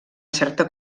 certa